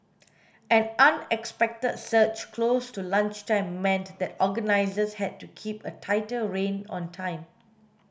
an unexpected surge close to lunchtime meant that organisers had to keep a tighter rein on time